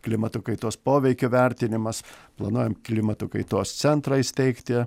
klimato kaitos poveikio vertinimas planuojam klimato kaitos centrą įsteigti